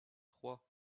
trois